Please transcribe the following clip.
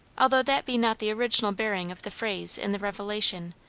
although that be not the original bearing of the phrase in the revelation,